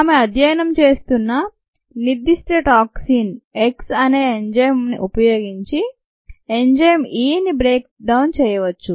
ఆమె అధ్యయనం చేస్తున్న నిర్ధిష్ట టాక్సిన్ X అనే ఎంజైమ్ ఉపయోగించి ఎంజైమ్ Eని బ్రేక్ డౌన్ చేయవచ్చు